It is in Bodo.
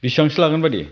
बिसिबांसो लागोन बायदि